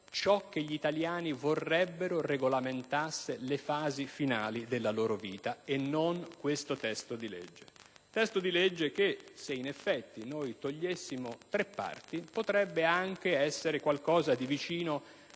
ciò che gli italiani vorrebbero regolamentasse le fasi finali della loro vita. Certo non questo testo di legge. Un testo che in effetti, tolte tre sue parti, potrebbe anche essere qualcosa di vicino